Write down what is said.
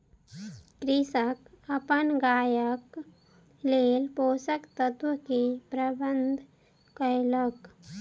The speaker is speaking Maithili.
कृषक अपन गायक लेल पोषक तत्व के प्रबंध कयलक